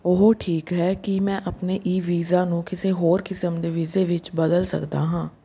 ਉਹ ਠੀਕ ਹੈ ਕੀ ਮੈਂ ਆਪਣੇ ਈ ਵੀਜ਼ਾ ਨੂੰ ਕਿਸੇ ਹੋਰ ਕਿਸਮ ਦੇ ਵੀਜ਼ੇ ਵਿੱਚ ਬਦਲ ਸਕਦਾ ਹਾਂ